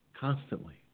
constantly